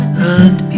hurt